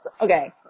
Okay